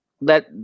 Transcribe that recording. let